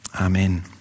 Amen